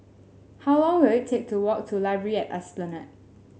how long will it take to walk to Library at Esplanade